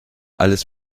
alles